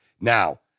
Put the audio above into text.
Now